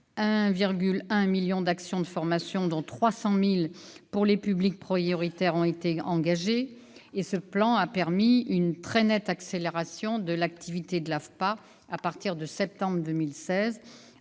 1,1 million d'actions de formation, dont 300 000 pour les publics prioritaires. Ce plan a permis une très nette accélération de l'activité de l'AFPA à partir du mois de septembre 2016